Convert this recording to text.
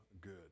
good